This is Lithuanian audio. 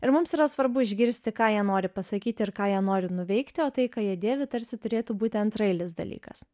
ir mums yra svarbu išgirsti ką jie nori pasakyt ir ką jie nori nuveikti o tai ką jie dėvi tarsi turėtų būti antraeilis dalykas